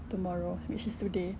tomorrow which is today